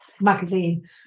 magazine